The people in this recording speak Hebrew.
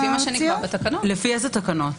לפי איזה תקנות?